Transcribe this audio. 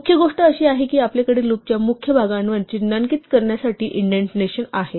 मुख्य गोष्ट अशी आहे की आपल्याकडे लूपच्या मुख्य भागावर चिन्हांकित करण्यासाठी इंडेंटेशन आहे